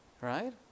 Right